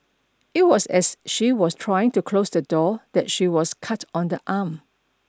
it was as she was trying to close the door that she was cut on the arm